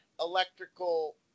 electrical